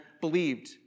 believed